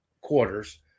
quarters